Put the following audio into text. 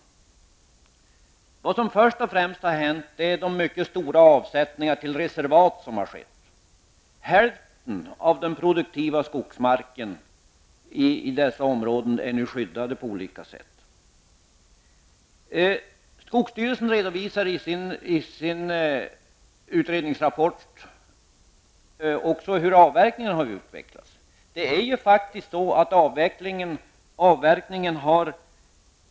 Vad som först och främst har hänt är att mycket stora avsättningar till reservat har gjorts. Hälften av den produktiva skogsmarken i de aktuella områdena är skyddad på olika sätt. Skogsstyrelsen redovisar i sin utredningsrapport också hur utvecklingen har varit när det gäller avverkningen.